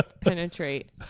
penetrate